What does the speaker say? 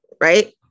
right